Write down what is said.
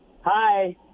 Hi